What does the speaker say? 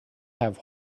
have